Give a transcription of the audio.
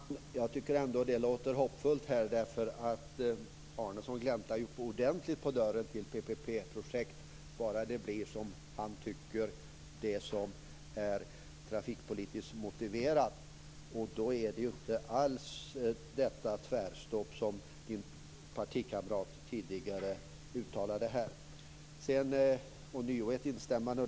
Fru talman! Jag tycker att det låter hoppfullt här. Arnesson gläntar ju ordentligt på dörren till PPP projekt bara han tycker att de är trafikpolitiskt motiverade. Då är det inte alls detta tvärstopp som hans partikamrat uttalade tidigare. Sedan har jag ånyo ett instämmande.